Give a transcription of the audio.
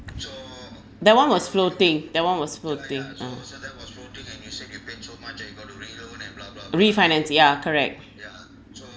that one was floating that one was floating ah refinance ya correct